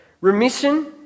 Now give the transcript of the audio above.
remission